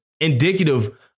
indicative